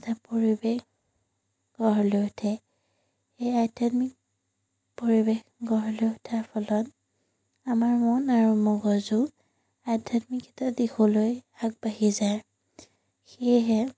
এটা পৰিৱেশ গঢ়লৈ উঠে এই আধ্যাত্মিক পৰিৱেশ গঢ়লৈ উঠাৰ ফলত আমাৰ মন আৰু মগজু আধ্যাত্মিকতা দিশলৈ আগবাঢ়ি যায় সেয়েহে